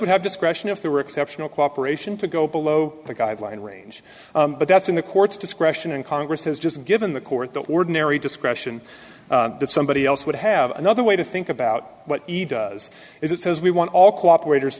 would have discretion if there were exceptional cooperation to go below the guideline range but that's in the court's discretion and congress has just given the court the ordinary discretion that somebody else would have another way to think about what each does is it says we want all coop